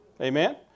Amen